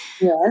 Yes